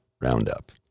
roundup